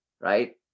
right